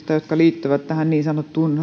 jotka liittyvät tähän niin sanottuun